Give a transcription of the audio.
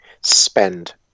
spend